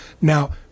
Now